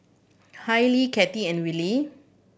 Hailee Cathi and Willy